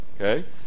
Okay